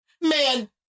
Man